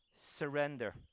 surrender